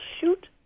shoot